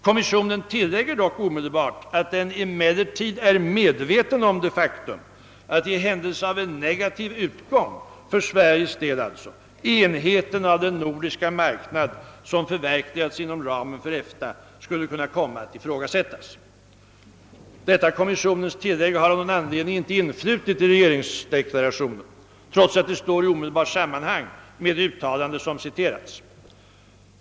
Kommissionen tillägger dock omedelbart att den »emellertid är medveten om det faktum att i händelse av en negativ utgång» — för Sveriges del alltså — »enheten av den nordiska marknad som förverkligats inom ramen för EFTA skulle kunna komma att ifrågasättas». Detta kommissionens tillägg har av någon anledning icke influtit i regeringsdeklarationen, trots att det står i omedelbart sammanhang med det uttalande som citerades.